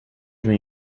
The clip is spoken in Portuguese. vem